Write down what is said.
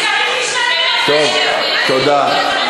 צריך להשתלט על, טוב, תודה.